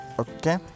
okay